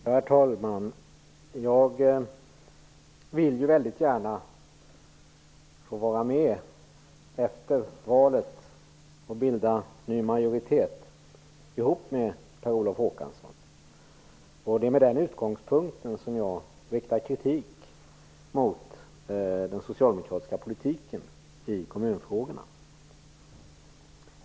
Herr talman! Jag vill gärna få vara med efter valet och bilda ny majoritet ihop med Per Olof Håkansson. Det är med den utgångspunkten jag riktar kritik mot den socialdemokratiska politiken i kommunfrågorna.